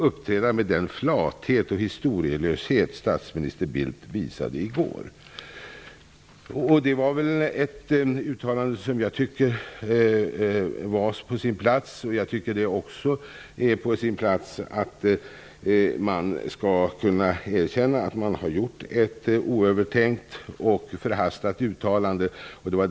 Är statsministern beredd att revidera sin uppfattning om faran av fascism och högerextremism i Italien?